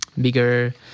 bigger